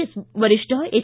S ವರಿಷ್ಠ H